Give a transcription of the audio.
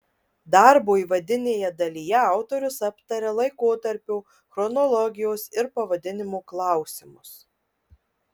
darbo įvadinėje dalyje autorius aptaria laikotarpio chronologijos ir pavadinimo klausimus